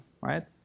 right